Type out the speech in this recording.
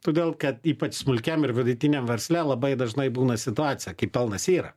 todėl kad ypač smulkiam ir vidutiniam versle labai dažnai būna situacija kai pelnas yra